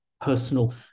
personal